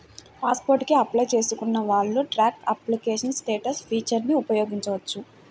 pass port కి apply చేసుకున్న వాళ్ళు ట్రాక్ అప్లికేషన్ స్టేటస్ ఫీచర్ని ఉపయోగించవచ్చు